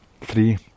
Three